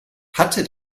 hatte